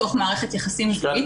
בתוך מערכת יחסים זוגית.